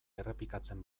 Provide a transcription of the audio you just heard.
errepikatzen